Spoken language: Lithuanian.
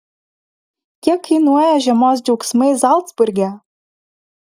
kiek kainuoja žiemos džiaugsmai zalcburge